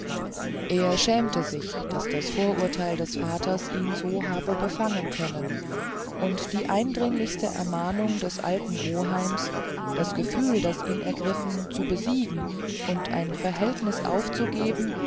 er schämte sich daß das vorurteil des vaters ihn so habe befangen können und die eindringlichsten ermahnungen des alten oheims das gefühl das ihn ergriffen zu besiegen und ein verhältnis aufzugeben